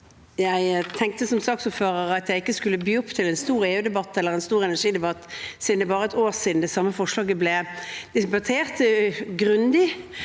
Jeg tenkte som saksord- fører at jeg ikke skulle by opp til en stor EU-debatt eller en stor energidebatt, siden det bare er et år siden det samme forslaget ble debattert grundig.